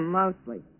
mostly